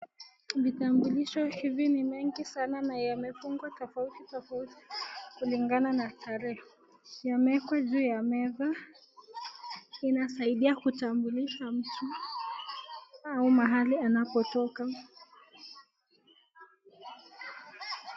Vitambulisho hivi ni mengi sana na yamefungwa tofauti tofauti kulingana na tarehe. Yameekwa juu ya meza inasaidia kutambulisha mtu au mahali anapotoka.